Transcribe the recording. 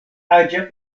aĝa